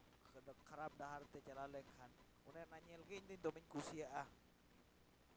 ᱟᱫᱚ ᱠᱷᱟᱨᱟᱯ ᱰᱟᱦᱟᱨᱛᱮ ᱪᱟᱞᱟᱣ ᱞᱮᱱᱠᱷᱟᱱ ᱚᱱᱮ ᱚᱱᱟ ᱧᱮᱞᱜᱮ ᱤᱧᱫᱚ ᱫᱚᱢᱮᱧ ᱠᱩᱥᱤᱟᱜᱼᱟ